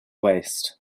waste